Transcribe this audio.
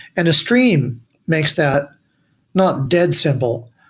and a stream makes that not dead simple,